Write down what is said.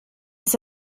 ist